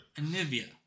Anivia